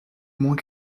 moins